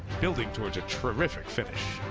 building towards a finish.